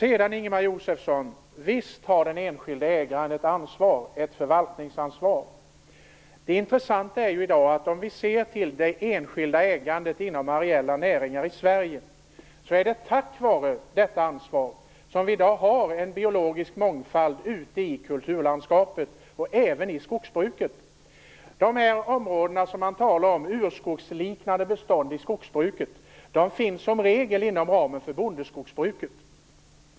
Visst har den enskilda ägaren ett förvaltningsansvar, Ingemar Josefsson. Det intressanta är ju att om vi ser till det enskilda ägandet inom areella näringar i Sverige, är det tack vare detta ansvar som vi i dag har en biologisk mångfald ute i kulturlandskapet, och även i skogsbruket. De områden som man talar om, urskogsliknande bestånd i skogsbruket, finns som regel inom ramen för bondeskogsbruket.